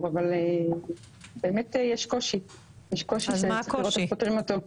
אבל באמת יש קושי שצריך לראות איך פותרים אותו.